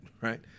right